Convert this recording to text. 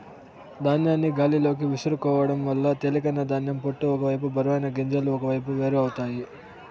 ధాన్యాన్ని గాలిలోకి విసురుకోవడం వల్ల తేలికైన ధాన్యం పొట్టు ఒక వైపు బరువైన గింజలు ఒకవైపు వేరు అవుతాయి